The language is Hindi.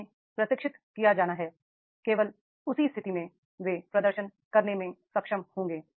उन्हें प्रशिक्षित किया जाना है केवल उसी स्थिति में वे प्रदर्शन करने में सक्षम होंगे